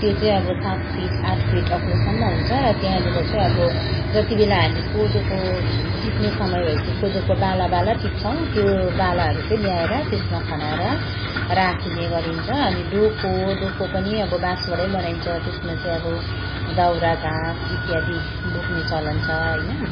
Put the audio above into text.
त्यो चाहिँ अब सात फिट आठ फिट अग्लोसम्म हुन्छ र त्यहाँनिर चाहिँ अब जति बेला हामी कोदोको टिप्ने समय भए पछि कोदोको बाला बाला टिप्छौँ त्यो बालाहरू चाहिँ ल्याएर त्यसमा खनाएर राखिने गरिन्छ अनि डोको डोको पनि अब बाँसबाट बनाइन्छ त्यसमा चाहिँ अब दाउरा घाँस इत्यादि बोक्ने चलन छ होइन